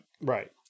Right